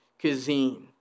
cuisine